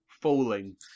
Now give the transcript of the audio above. Falling